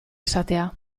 esatea